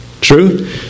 True